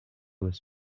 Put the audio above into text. was